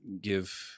give